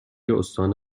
استان